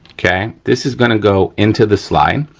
okay. this is gonna go into the slide.